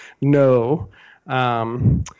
no